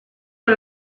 por